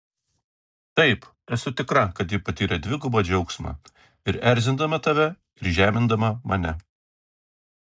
taip esu tikra kad ji patyrė dvigubą džiaugsmą ir erzindama tave ir žemindama mane